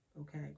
okay